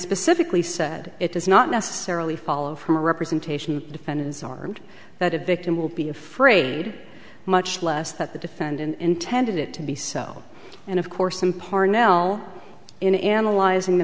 specifically said it does not necessarily follow from a representation defendant is armed that a victim will be afraid much less that the defendant intended it to be so and of course in part nel in analyzing the